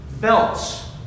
belts